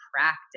practice